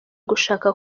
gushaka